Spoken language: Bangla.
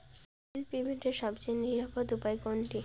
বিল পেমেন্টের সবচেয়ে নিরাপদ উপায় কোনটি?